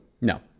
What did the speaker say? No